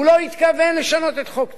הוא לא התכוון לשנות את חוק טל,